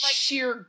sheer